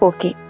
Okay